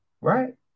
right